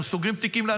הם סוגרים תיקים.